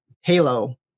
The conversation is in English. halo